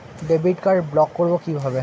Debit card block করব কিভাবে?